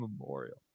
Memorial